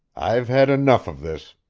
i've had enough of this.